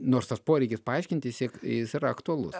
nors tas poreikis paaiškinti siek jis yra aktualus